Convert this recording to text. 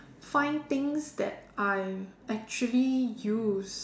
find things that I actually use